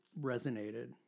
resonated